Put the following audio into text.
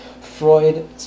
Freud